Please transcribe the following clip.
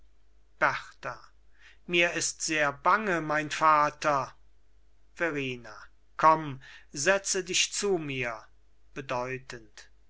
berta mir ist sehr bange mein vater verrina komm setze dich zu mir bedeutend